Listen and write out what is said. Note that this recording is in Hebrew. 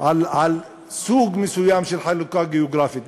על סוג מסוים של חלוקה גיאוגרפית.